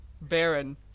Baron